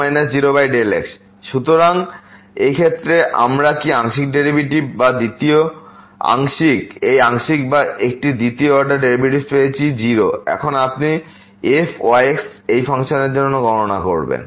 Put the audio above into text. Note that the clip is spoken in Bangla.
0 0x সুতরাং এই ক্ষেত্রে আমরা এই আংশিক বা একটি দ্বিতীয় অর্ডার ডেরিভেটিভ পেয়েছি 0 এখন আপনি অন্য fyx এই ফাংশনের একটি গণনা করবেন